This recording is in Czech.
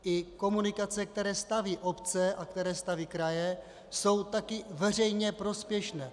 I komunikace, které staví obce a které staví kraje, jsou také veřejně prospěšné.